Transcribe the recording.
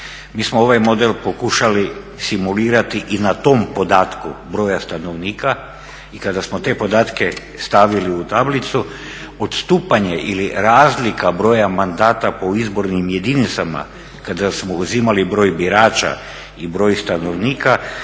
Mi smo ovaj model pokušali simulirati i na tom podatku broja stanovnika i kada smo te podatke stavili u tablicu odstupanje ili razlika broja mandata po izbornim jedinicama kada smo uzimali broj birača i broj stanovnika